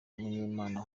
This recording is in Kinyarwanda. munyemana